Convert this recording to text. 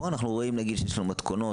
פה אנחנו רואים נגיד שי שלנו מתכונות,